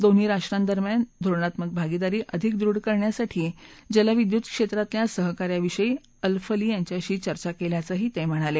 दोन्ही राष्ट्रां दरम्यान धोरणात्मक भागिदारी अधिक दृढ करण्याकरता जलविद्युत क्षेत्रातल्या सहकार्याविषयी अलफलिह यांच्याशी चर्चा केल्याचंही ते म्हणाले